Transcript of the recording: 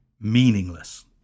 meaningless